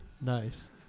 nice